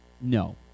No